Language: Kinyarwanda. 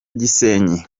gisenyi